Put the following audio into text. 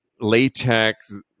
latex